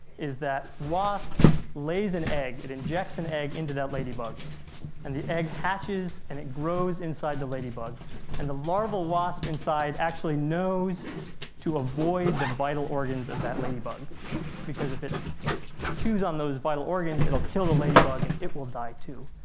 is that wasp lays an egg, it injects an egg into that ladybug and the egg hatches and it grows inside the ladybug and the larval wasp inside actually knows to avoid the vital organs of that ladybug because if it chews on those vital organs it will kill the ladybug and it will die too.